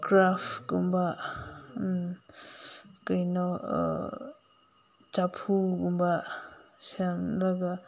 ꯀ꯭ꯔꯥꯐꯀꯨꯝꯕ ꯀꯩꯅꯣ ꯆꯐꯨꯒꯨꯝꯕ ꯁꯦꯝꯂꯒ